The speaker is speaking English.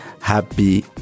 Happy